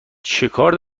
چکار